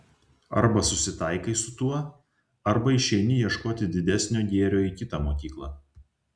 arba susitaikai su tuo arba išeini ieškoti didesnio gėrio į kitą mokyklą